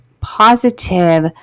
positive